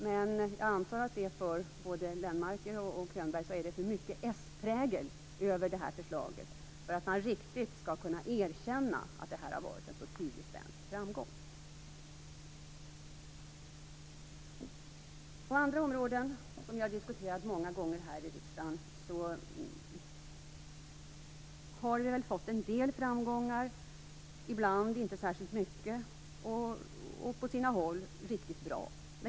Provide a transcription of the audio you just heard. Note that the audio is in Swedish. Men jag antar att det är för mycket s-prägel över det här förslaget för att Lennmarker och Könberg riktigt skall kunna erkänna att det har varit en så tydlig svensk framgång. På andra områden som vi har diskuterat många gånger här i riksdagen har vi nått en del framgångar. Ibland har det inte varit särskilt mycket, och på sina håll har det varit riktigt bra.